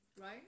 Right